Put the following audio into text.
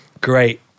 great